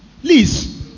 please